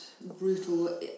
brutal